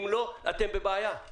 אם לא, אתם בבעיה.